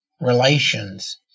relations